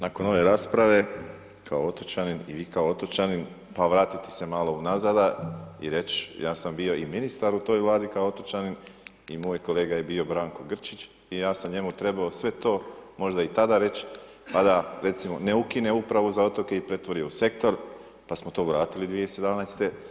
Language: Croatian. Nakon ove rasprave kao otočanin i vi kao otočanin, pa vratiti se malo unazad i reći ja sam bio i ministar u toj Vladi kao otočanin i moj kolega je bio Branko Grčić i ja sam njemu trebao sve to možda i tada reći pa da recimo ne ukine Upravu za otoke i pretvori je u sektor pa smo to vratili 2017.